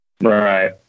right